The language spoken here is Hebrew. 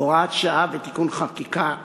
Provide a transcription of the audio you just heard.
(הוראת שעה ותיקון חקיקה),